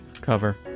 cover